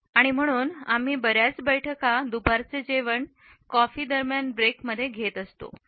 आणि आम्ही बर्याच बैठका दुपारचे जेवण कॉफी दरम्यान ब्रेक मध्ये घेत आहोत